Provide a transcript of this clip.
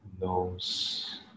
nose